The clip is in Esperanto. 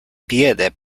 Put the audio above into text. piede